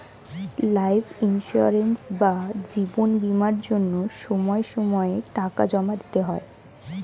life insurance বা জীবন বীমার জন্য সময় সময়ে টাকা জমা দিতে হয়